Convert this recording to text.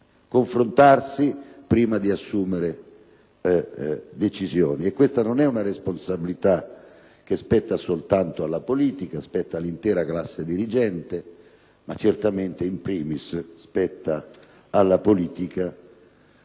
confrontarsi, prima di assumere decisioni. E questa non è una responsabilità che spetta soltanto alla politica: essa spetta all'intera classe dirigente, e certamente, *in primis,* alla politica.